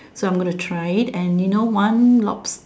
so I am going to try it and you know one lobster